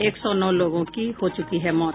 एक सौ नौ लोगों की हो चुकी है मौत